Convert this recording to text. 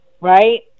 right